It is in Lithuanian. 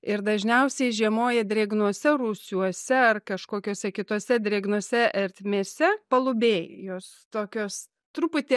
ir dažniausiai žiemoja drėgnuose rūsiuose ar kažkokiose kitose drėgnose ertmėse palubėj jos tokios truputį